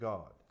God